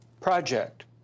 project